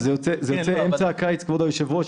זה עד 31 בדצמבר 2023?